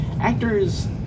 Actors